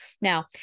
Now